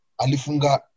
Alifunga